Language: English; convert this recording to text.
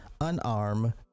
unarm